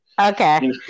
Okay